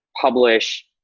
publish